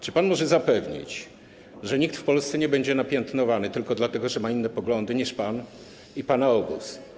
Czy może pan zapewnić, że nikt w Polsce nie będzie napiętnowany tylko dlatego, że ma inne poglądy niż pan i pana obóz?